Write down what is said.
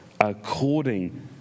according